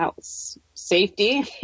Safety